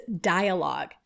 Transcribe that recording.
dialogue